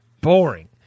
boring